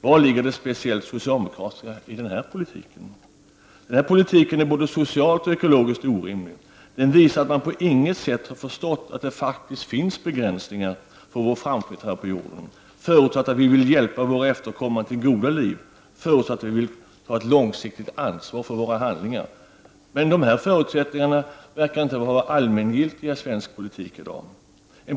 Vari ligger det speciellt socialdemokratiska i den här politiken? Denna politik är både socialt och ekologiskt orimlig. Den visar att man på intet sätt har förstått att det faktiskt finns begränsningar för vår framtid här på jorden, förutsatt att vi vill hjälpa våra efterkommande till ett gott liv och att vi vill ta ett långsiktigt ansvar för våra handlingar. Dessa förutsättningar verkar dock inte vara allmängiltiga i svensk politik i dag.